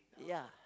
ya